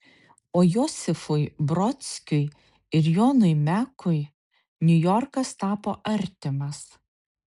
o josifui brodskiui ir jonui mekui niujorkas tapo artimas